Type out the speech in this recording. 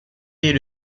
est